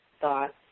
thoughts